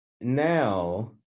now